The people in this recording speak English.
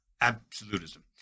absolutism